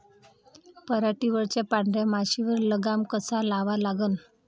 पराटीवरच्या पांढऱ्या माशीवर लगाम कसा लावा लागन?